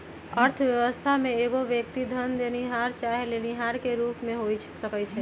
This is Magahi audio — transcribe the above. अर्थव्यवस्था में एगो व्यक्ति धन देनिहार चाहे लेनिहार के रूप में हो सकइ छइ